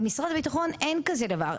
במשרד הביטחון אין כזה דבר.